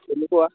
তেনেকুৱা